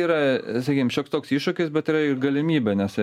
yra sakykim šioks toks iššūkis bet yra ir galimybė nes